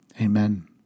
Amen